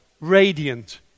radiant